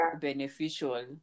beneficial